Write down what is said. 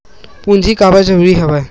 पूंजी काबर जरूरी हवय?